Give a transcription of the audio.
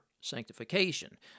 sanctification